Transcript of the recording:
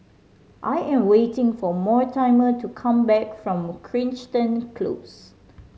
I am waiting for Mortimer to come back from Crichton Close